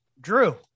Drew